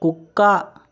కుక్క